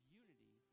unity